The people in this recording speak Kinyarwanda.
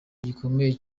gikomeye